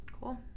Cool